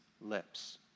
lips